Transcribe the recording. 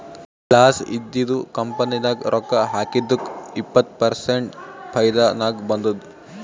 loss ಇದ್ದಿದು company ನಾಗ್ ರೊಕ್ಕಾ ಹಾಕಿದ್ದುಕ್ ಇಪ್ಪತ್ ಪರ್ಸೆಂಟ್ ಫೈದಾ ನಾಗ್ ಬಂದುದ್